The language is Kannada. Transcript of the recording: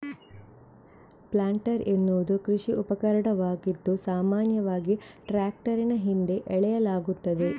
ಪ್ಲಾಂಟರ್ ಎನ್ನುವುದು ಕೃಷಿ ಉಪಕರಣವಾಗಿದ್ದು, ಸಾಮಾನ್ಯವಾಗಿ ಟ್ರಾಕ್ಟರಿನ ಹಿಂದೆ ಎಳೆಯಲಾಗುತ್ತದೆ